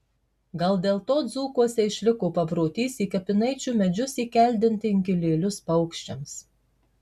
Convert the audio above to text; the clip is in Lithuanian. gal dėl to dzūkuose išliko paprotys į kapinaičių medžius įkeldinti inkilėlius paukščiams